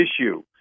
issue